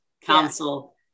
council